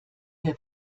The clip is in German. wir